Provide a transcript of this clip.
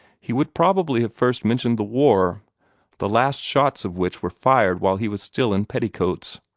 he would probably have first mentioned the war the last shots of which were fired while he was still in petticoats.